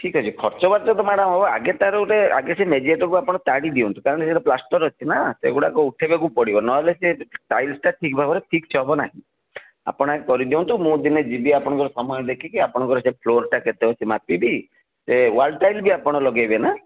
ଠିକ୍ ଅଛି ଖର୍ଚ୍ଚ ବାର୍ଚ୍ଚ ତ ମ୍ୟାଡ଼ମ ହେବ ଆଗେ ତା'ର ଗୋଟିଏ ଆଗେ ସେ ମେଜିଆଟାକୁ ଆପଣ ତାଡ଼ି ଦିଅନ୍ତୁ କାରଣ ସେଟା ପ୍ଲାଷ୍ଟର୍ ଅଛି ନା ସେଗୁଡ଼ାକୁ ଉଠାଇବାକୁ ପଡ଼ିବ ନ ହେଲେ ସେ ଟାଇଲ୍ଟା ଠିକ୍ ଭାବରେ ଫିକ୍ସ୍ ହେବ ନାହିଁ ଆପଣ ଆଗେ କରିଦିଅନ୍ତୁ ମୁଁ ଦିନେ ଯିବି ଆପଣଙ୍କର ସମୟ ଦେଖିକି ଆପଣଙ୍କର ସେ ଫ୍ଲୋର୍ଟା କେତେ ଅଛି ମାପିବି ସେ ୱାଲ୍ ଟାଇଲ୍ ବି ଆପଣ ଲଗାଇବେ ନା